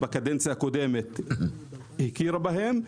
גם בקדנציה הקודמת הכירה בהם,